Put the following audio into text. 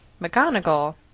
McGonagall